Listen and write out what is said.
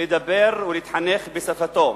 לדבר ולהתחנך בשפתו.